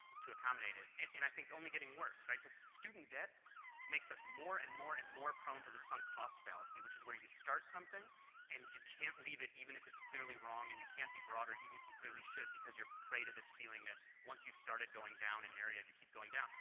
to accommodate it? and i think only getting worse, right? because student debt makes us more and more and more prone to the sunk cost falls. see, which is where you start something and you can't leave it, even if it's clearly wrong and you can't be boarder, even if you clearly show because you'd preyed to this feeling that once you've started going down an area, you keep going down.